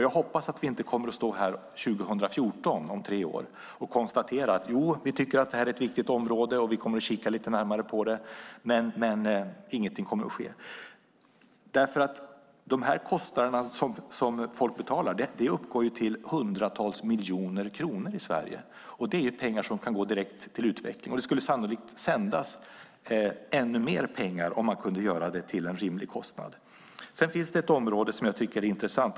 Jag hoppas att vi inte står här 2014, om tre år, och konstaterar att vi tycker att det är ett viktigt område, att vi ska titta lite närmare på det men att ingenting har hänt. De kostnader som folk betalar uppgår till hundratals miljoner kronor i Sverige. Det är pengar som kan gå direkt till utveckling. Det skulle sannolikt sändas ännu mer pengar om man kunde göra det till en rimlig kostnad. Sedan finns det ett område som jag tycker är intressant.